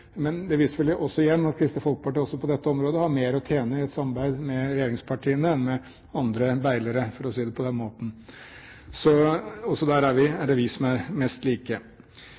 Men det viser vel igjen at Kristelig Folkeparti også på dette området har mer å tjene på et samarbeid med regjeringspartiene enn med andre beilere, for å si det på den måten. Også der er det vi som er mest like.